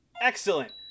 Excellent